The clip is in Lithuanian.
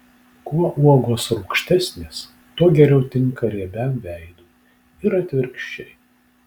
kuo uogos rūgštesnės tuo geriau tinka riebiam veidui ir atvirkščiai